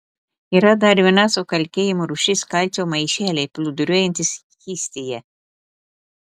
yra dar viena sukalkėjimo rūšis kalcio maišeliai plūduriuojantys skystyje